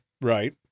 Right